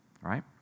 right